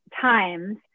Times